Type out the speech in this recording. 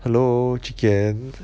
hello chee ken